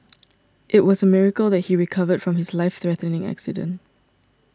it was a miracle that he recovered from his life threatening accident